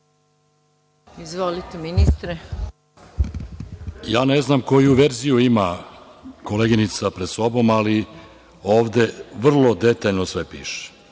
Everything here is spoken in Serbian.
Šarčević** Ja ne znam koju verziju ima koleginica pred sobom, ali ovde vrlo detaljno sve piše.